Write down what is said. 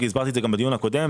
הסברתי את זה גם בדיון הקודם,